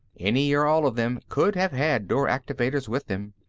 any or all of them could have had door-activators with them.